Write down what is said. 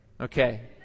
Okay